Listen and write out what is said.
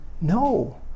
No